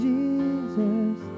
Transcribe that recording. Jesus